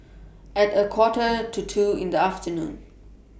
At A Quarter to two in The afternoon